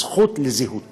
הזכות לזהות